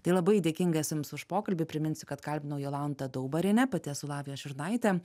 tai labai dėkinga esu jums už pokalbį priminsiu kad kalbinau jolantą daubarienę pati esu lavija šurnaitė